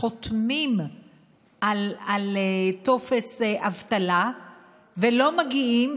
חותמים על טופס אבטלה ולא מגיעים,